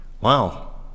Wow